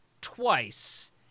twice